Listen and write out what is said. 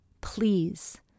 Please